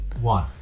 one